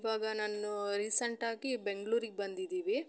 ಇವಾಗ ನಾನು ರೀಸೆಂಟಾಗಿ ಬೆಂಗ್ಳೂರಿಗೆ ಬಂದಿದ್ದೀವಿ